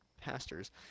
pastors